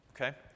Okay